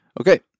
Okay